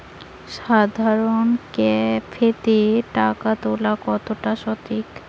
সাধারণ ক্যাফেতে টাকা তুলা কতটা সঠিক?